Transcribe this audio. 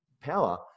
power